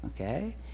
Okay